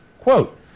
Quote